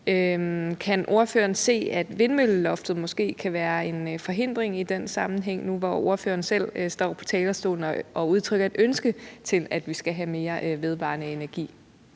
Kan ordføreren se, at vindmølleloftet måske kan være en forhindring i den sammenhæng nu, hvor ordføreren selv står på talerstolen og udtrykker et ønske om, at vi skal have mere vedvarende energi?